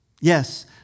Yes